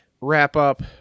wrap-up